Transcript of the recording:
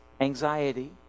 anxiety